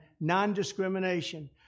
non-discrimination